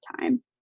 time